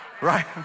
right